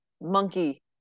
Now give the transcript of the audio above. monkey